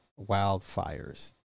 wildfires